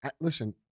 Listen